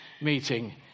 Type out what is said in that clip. meeting